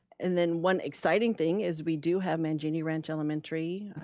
and then one exciting thing is we do have mangini ranch elementary,